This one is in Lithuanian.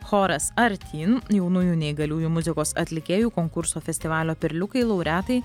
choras artyn jaunųjų neįgaliųjų muzikos atlikėjų konkurso festivalio perliukai laureatai